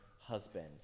husband